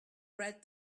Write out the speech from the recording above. read